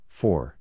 four